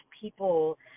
people